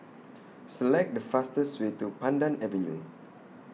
Select The fastest Way to Pandan Avenue